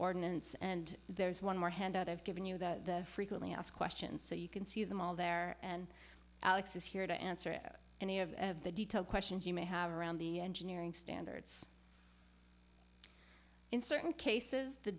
ordinance and there is one more handout i've given you the frequently asked questions so you can see them all there and alex is here to answer any of the detailed questions you may have around the engineering standards in certain cases the